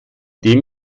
dem